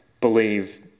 believe